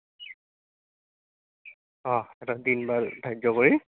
অঁ এটা দিন বাৰ ধাৰ্য কৰি